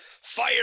Fire